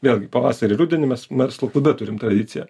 vėlgi pavasarį rudenį mes verslo klube turim tradiciją